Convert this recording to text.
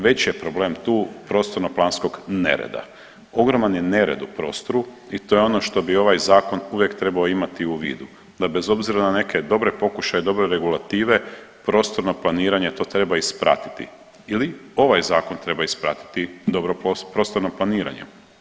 Veći je problem tu prostorno planskog nereda, ogroman je nered u prostoru i to je ono što bi ovaj zakon uvijek trebao imati u vidu da bez obzira na neke dobre pokušaje i dobre regulative prostorno planiranje to treba ispratiti ili ovaj zakon treba ispratiti dobrog prostornog planiranja.